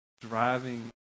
driving